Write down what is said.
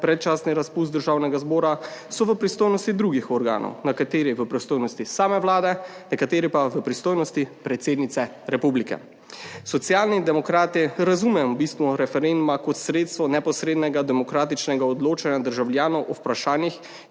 predčasni razpust Državnega zbora so v pristojnosti drugih organov, nekateri v pristojnosti same vlade, nekateri pa v pristojnosti predsednice republike. Socialni demokrati razumemo bistvo referenduma kot sredstvo neposrednega demokratičnega odločanja državljanov o vprašanjih,